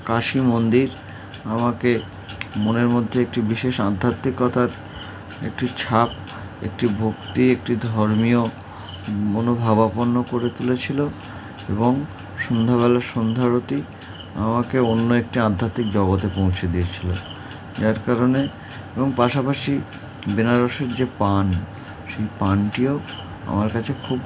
কাশী মন্দির আমাকে মনের মধ্যে একটি বিশেষ আধ্যাত্মিকতার একটি ছাপ একটি ভক্তি একটি ধর্মীয় মনোভাবাপন্ন করে তুলেছিল এবং সন্ধ্যাবেলার সন্ধারতি আমাকে অন্য একটি আধ্যাত্মিক জগতে পৌঁছে দিয়েছিল যার কারণে এবং পাশাপাশি বেনারসের যে পান সেই পানটিও আমার কাছে খুব